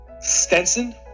stenson